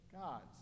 God's